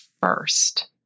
first